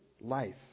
life